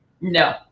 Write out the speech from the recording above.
No